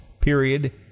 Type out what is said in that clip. Period